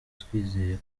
twizeye